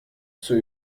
zur